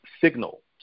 signal